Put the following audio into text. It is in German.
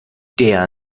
der